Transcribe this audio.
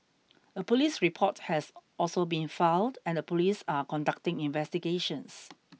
a police report has also been filed and the police are conducting investigations